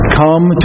come